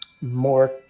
more